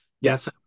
Yes